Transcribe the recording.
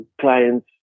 Clients